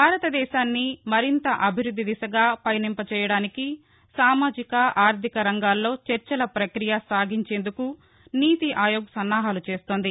భారతదేశాన్ని మరింత అభివృద్ది దిశగా పయనింపచేయడానికి సామాజిక ఆర్థిక రంగాల్లో చర్చల ప్రప్రక్రియ సాగించేందుకు నీతిఆయోగ్ సన్నాహాలు చేస్తోంది